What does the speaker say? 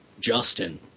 Justin